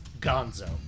gonzo